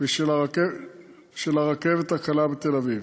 של הרכבת הקלה בתל-אביב,